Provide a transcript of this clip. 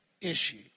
issue